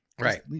Right